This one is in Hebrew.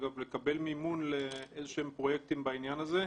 לקבל מימון לאיזה שהם פרויקטים בעניין הזה,